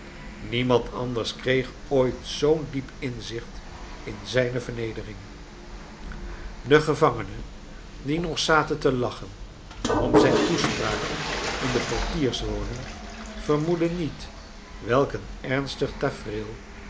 iemand anders kreeg ooit zoo'n diep inzicht in zijne vernederhig de gevangenen die nog zaten te lachen om zijn toespraak in de portierswoning vermoedden niet welk een ems tig tafereel